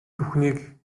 бүхнийг